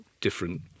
different